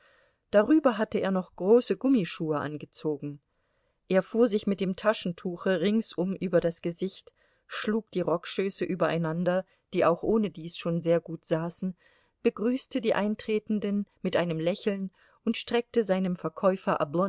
darüber hatte er noch große gummischuhe gezogen er fuhr sich mit dem taschentuche ringsum über das gesicht schlug die rockschöße übereinander die auch ohnedies schon sehr gut saßen begrüßte die eintretenden mit einem lächeln und streckte seinem verkäufer